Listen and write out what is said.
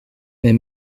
mais